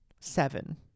Seven